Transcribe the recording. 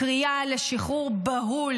הקריאה לשחרור בהול,